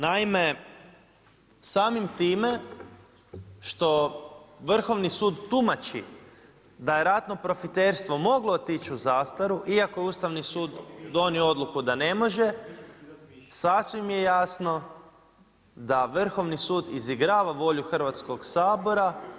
Naime, samim time što Vrhovni sud tumači da je ratno profiterstvo moglo otići u zastaru iako je Ustavni sud donio odluku da ne može, sasvim je jasno da Vrhovni sud izigrava volju Hrvatskog sabora.